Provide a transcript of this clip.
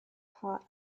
part